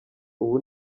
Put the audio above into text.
ubu